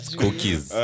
cookies